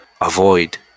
avoid